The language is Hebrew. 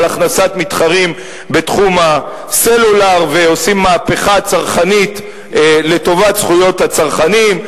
הכנסת מתחרים בתחום הסלולר ועושים מהפכה צרכנית לטובת זכויות הצרכנים,